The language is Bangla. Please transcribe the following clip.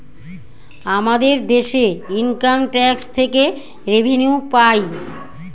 আমাদের দেশে ইনকাম ট্যাক্স থেকে রেভিনিউ পাই